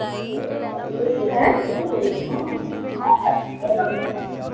हैं